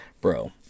bro